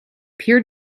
peer